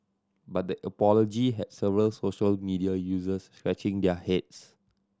but the apology had several social media users scratching their heads